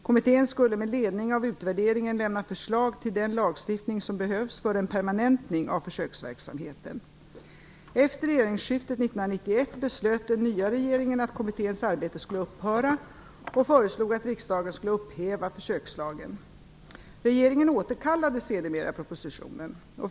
Kommittén skulle med ledning av utvärderingen lämna förslag till den lagstiftning som behövs för en permanentning av försöksverksamheten. Efter regeringsskiftet 1991 1992 93:1).